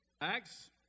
Acts